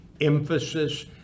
emphasis